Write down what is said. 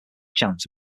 chance